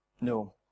no